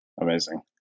amazing